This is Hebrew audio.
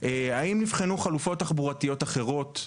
האם נבחנו חלופות תחבורתיות אחרות?